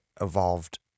evolved